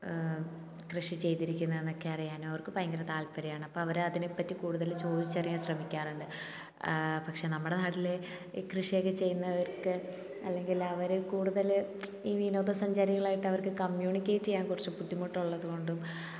കൃഷി ചെയ്തിരിക്കുന്നതൊക്കെ അറിയാനും അവർക്ക് ഭയങ്കര താൽപര്യമാണ് അപ്പോൾ അവർ അതിനെപ്പറ്റി കൂടുതൽ ചോദിച്ചറിയാൻ ശ്രമിക്കാറുണ്ട് പക്ഷേ നമ്മുടെ നാട്ടിൽ ഈ കൃഷിയൊക്കെ ചെയ്യുന്നവർക്ക് അല്ലെങ്കിൽ അവർ കൂടുതൽ ഈ വിനോദസഞ്ചാരികളായിട്ട് അവർക്ക് കമ്മ്യൂണിക്കേറ്റ് ചെയ്യാൻ കുറച്ച് ബുദ്ധിമുട്ട് ഉള്ളതുകൊണ്ടും